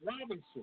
Robinson